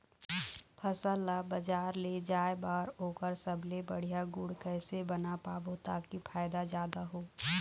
फसल ला बजार ले जाए बार ओकर सबले बढ़िया गुण कैसे बना पाबो ताकि फायदा जादा हो?